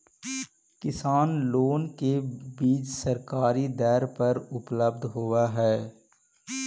किसान लोग के बीज सरकारी दर पर उपलब्ध होवऽ हई